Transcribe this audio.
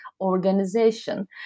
organization